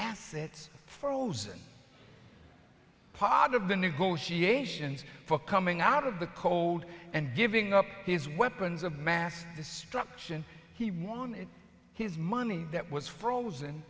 assets frozen part of the negotiations for coming out of the cold and giving up his weapons of mass destruction he wanted his money that was frozen